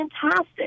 fantastic